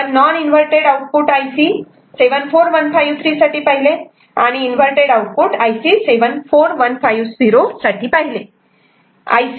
आपण non inverted output IC 74153 साठी पाहिले आणि इन्वव्हरटेड आउटपुट IC 74150 पहिले